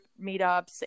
meetups